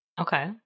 Okay